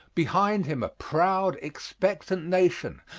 behind him a proud, expectant nation,